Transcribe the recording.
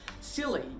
silly